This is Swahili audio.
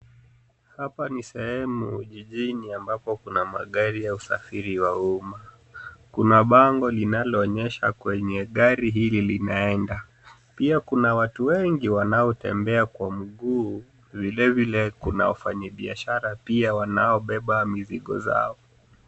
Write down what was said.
Hapa ni sehemu jijini ambapo kuna magari ya usafiri wa umma. Kuna bango linaloonyesha kwenye gari hili linaenda. Pia kuna watu wengi wanaotembea kwa mguu. Vilevile kuna wafanyi biashara pia wanaobeba mizigo zao.